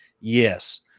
Yes